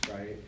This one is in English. right